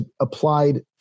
applied